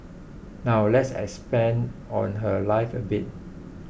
now let's expand on her life a bit